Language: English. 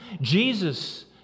Jesus